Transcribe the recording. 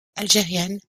algérienne